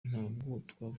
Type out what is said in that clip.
ntabwo